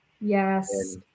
Yes